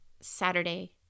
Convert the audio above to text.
Saturday